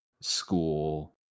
school